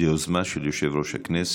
זו יוזמה של יושב-ראש הכנסת,